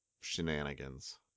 shenanigans